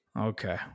Okay